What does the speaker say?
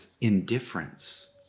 indifference